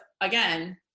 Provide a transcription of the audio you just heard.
again